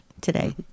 today